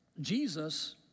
Jesus